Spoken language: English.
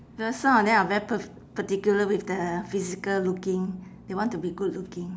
because some of them are very pa~ particular with the physical looking they want to be good looking